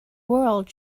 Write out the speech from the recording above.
world